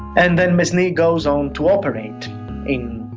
and then mesny goes on to operate in